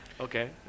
Okay